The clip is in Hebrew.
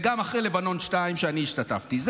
וגם אחרי לבנון השנייה, שאני השתתפתי בה.